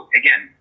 again